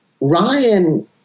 Ryan